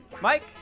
Mike